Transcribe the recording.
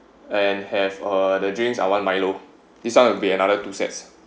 and have uh the drinks I want milo this one will be another two sets